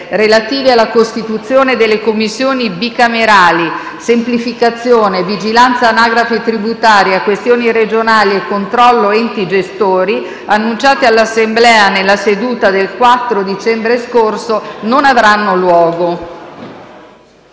relative alla costituzione delle Commissioni bicamerali semplificazione, vigilanza anagrafe tributaria, questioni regionali e controllo enti gestori - annunciate all'Assemblea nella seduta del 4 dicembre scorso - non avranno luogo.